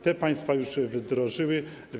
Te państwa już ją wdrożyły.